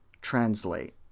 translate